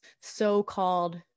so-called